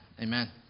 amen